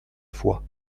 fois